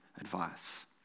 advice